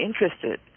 interested